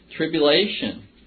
Tribulation